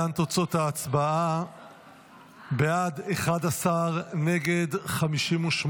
אנחנו עוד אפילו לא